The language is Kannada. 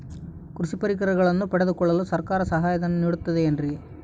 ಕೃಷಿ ಪರಿಕರಗಳನ್ನು ಪಡೆದುಕೊಳ್ಳಲು ಸರ್ಕಾರ ಸಹಾಯಧನ ನೇಡುತ್ತದೆ ಏನ್ರಿ?